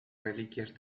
reliquias